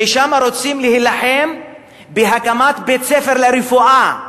כי שם רוצים להילחם בהקמת בית-ספר לרפואה,